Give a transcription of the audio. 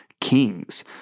kings